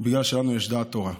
בגלל שלנו יש דעת תורה.